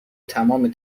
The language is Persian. تمام